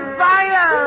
fire